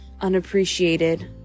unappreciated